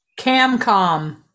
camcom